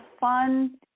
fun